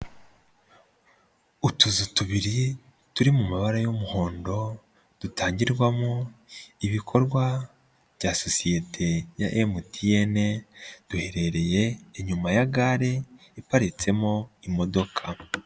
Utuzu tubiri turi mu mabara y'umuhondo dutangirwamo ibikorwa bya sosiyete ya MTN duherereye inyuma ya gare iparitsemo imodoka.